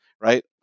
right